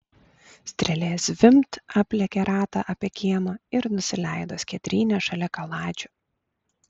strėlė zvimbt aplėkė ratą apie kiemą ir nusileido skiedryne šalia kaladžių